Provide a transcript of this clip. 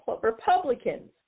Republicans